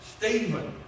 Stephen